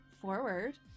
forward